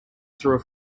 through